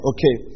Okay